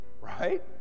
Right